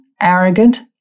arrogant